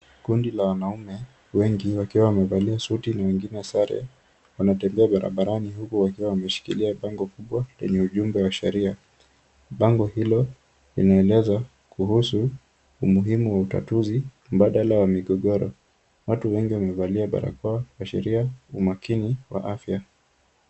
Kundi la wanaume wengi wakiwa wamevalia suti na wengine sare, wanatembea barabarani huku wakiwa wameshikilia bango kubwa lenye ujumbe wa sheria. Bango hilo linaeleza kuhusu umuhimu wa utatuzi mbadala wa migogoro. Watu wengi wamevalia barakoa kuashiria umakini kwa afya.